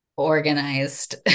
organized